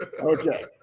okay